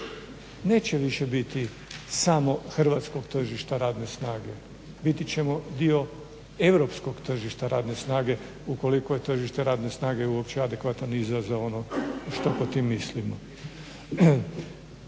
Neće više biti samo hrvatskog tržišta radne snage. Biti ćemo dio europskog tržišta radne snage ukoliko je tržište radne snage uopće adekvatan izazov što pod tim mislimo.